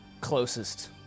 closest